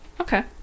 Okay